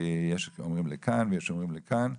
יש אומרים לכאן ויש אומרים לכאן.